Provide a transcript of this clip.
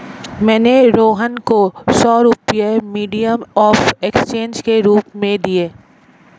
मैंने रोहन को सौ रुपए मीडियम ऑफ़ एक्सचेंज के रूप में दिए